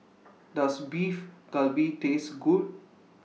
Does Beef Galbi Taste Good